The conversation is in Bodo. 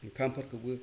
ओंखामफोरखौबो